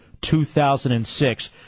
2006